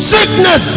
Sickness